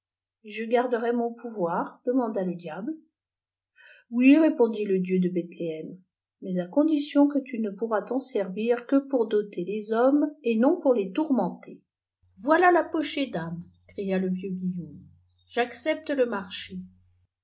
je garderai mon pouvoir demanda le diable oui répondit le dieu de bethléem mais à condhioid que tu ne pourras t'en servir que pour doter les hommes et non pour les tourmenter voilà la pochée d àmes criatle vieux guillaume j'accepte le marché